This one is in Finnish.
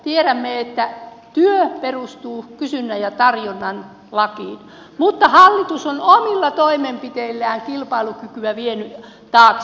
tiedämme että työ perustuu kysynnän ja tarjonnan lakiin mutta hallitus on omilla toimenpiteillään kilpailukykyä vienyt taaksepäin